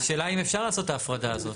השאלה אם אפשר לעשות את ההפרדה הזאת.